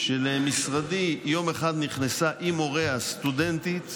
למשרדי יום אחד נכנסה עם הוריה סטודנטית